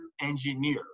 engineer